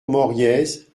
moriez